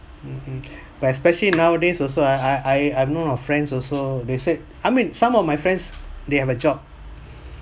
mmhmm but especially nowadays also I I I've know of friends also they said I mean some of my friends they have a job